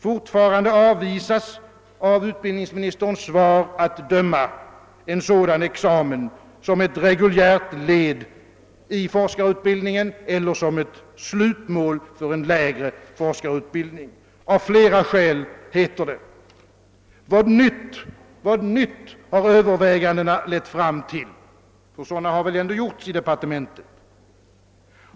Fortfarande avvisas, av utbildningsministerns svar att döma, en sådan examen som ett reguljärt led i forskarutbildningen eller som slutmål för en lägre forskarutbildning — av flera skäl, heter det. Vad nytt har övervägandena lett fram till — ty 'sådana har väl ändå gjorts i departementet?